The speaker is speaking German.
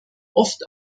oft